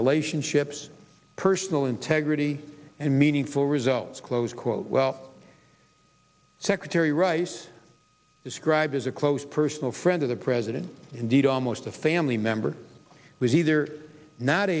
relationships personal integrity and meaningful results close quote well secretary rice described as a close personal friend of the president indeed almost a family member was either not